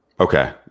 Okay